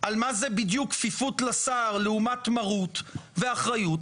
מה זה בדיוק כפיפות לשר לעומת מרות ואחריות,